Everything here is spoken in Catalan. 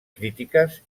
crítiques